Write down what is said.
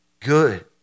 good